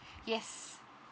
yes